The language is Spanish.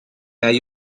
hay